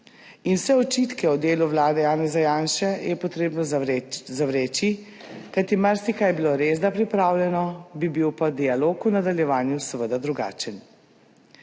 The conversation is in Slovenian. Vse očitke o delu Vlade Janeza Janše je potrebno zavreči, kajti marsikaj je bilo res, da pripravljeno bi bil pa dialog v nadaljevanju seveda drugačen.